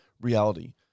reality